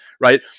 right